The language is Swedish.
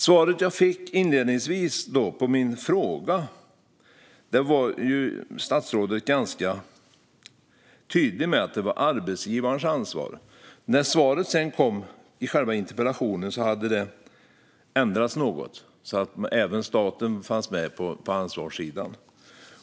I det svar jag inledningsvis fick på min fråga var statsrådet ganska tydlig med att det var arbetsgivarens ansvar. När svaret på själva interpellationen sedan kom hade det ändrats något så att även staten fanns med på ansvarssidan.